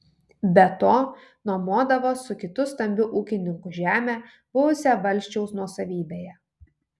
be to nuomodavo su kitu stambiu ūkininku žemę buvusią valsčiaus nuosavybėje